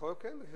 כן.